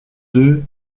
deux